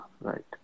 right